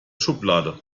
schublade